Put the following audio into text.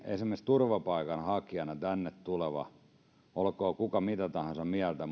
esimerkiksi turvapaikanhakijana tänne tulevalla olkoon kuka vain mitä tahansa mieltä